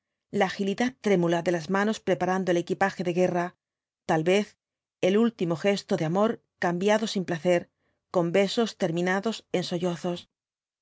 la agilidad trémula de las manos preparando el equipaje de guerra tal vez el último gesto de amor cambiado sin placer con besos terminados en sollozos